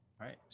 Right